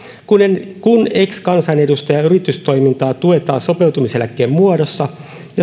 kun ex kansanedustajan yritystoimintaa tuetaan sopeutumiseläkkeen muodossa